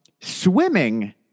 Swimming